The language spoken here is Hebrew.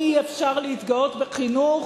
אי-אפשר להתגאות בחינוך